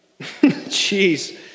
Jeez